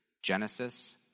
Genesis